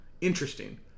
Interesting